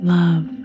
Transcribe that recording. love